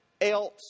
else